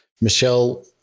Michelle